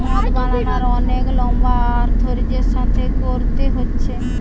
মদ বানানার অনেক লম্বা আর ধৈর্য্যের সাথে কোরতে হচ্ছে